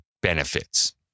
benefits